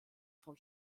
vom